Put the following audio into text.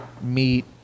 meat